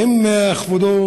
האם כבודו,